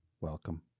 welcome